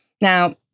Now